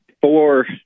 Four